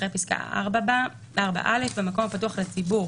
אחרי פסקה (4) בא: "(4א)במקום הפתוח לציבור